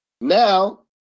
Now